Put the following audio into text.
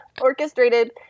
orchestrated